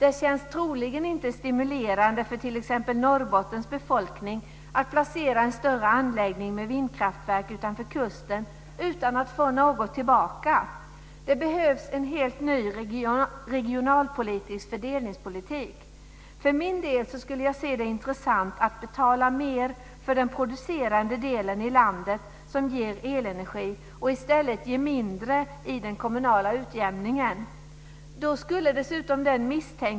Det känns troligen inte stimulerande för t.ex. Norrbottens befolkning att placera en större anläggning med vindkraftverk utanför kusten utan att få något tillbaka. Det behövs en helt ny regionalpolitisk fördelningspolitik. För min del skulle jag se det som intressant att betala mer för den producerande delen i landet som ger elenergi och i stället ge mindre i den kommunala utjämningen.